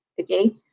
okay